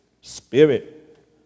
spirit